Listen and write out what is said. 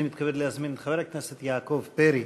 אני מתכבד להזמין את חבר הכנסת יעקב פרי,